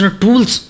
tools